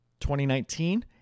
2019